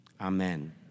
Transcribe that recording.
amen